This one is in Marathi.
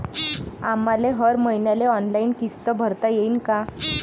आम्हाले हर मईन्याले ऑनलाईन किस्त भरता येईन का?